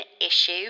issue